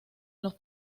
los